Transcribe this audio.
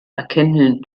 erkennen